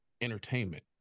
entertainment